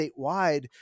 statewide